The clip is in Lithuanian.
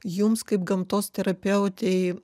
jums kaip gamtos terapeutei